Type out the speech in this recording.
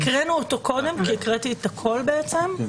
קראנו אותו קודם, כי קראתי את כל ההגדרות,